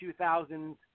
2000s